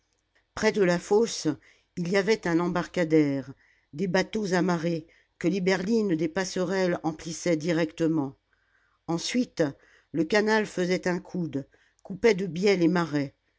près de la fosse il y avait un embarcadère des bateaux amarrés que les berlines des passerelles emplissaient directement ensuite le canal faisait un coude coupait de biais les marais